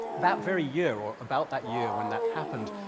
that very year or about that year when that happened,